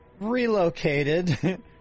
relocated